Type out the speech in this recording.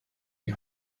die